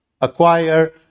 acquire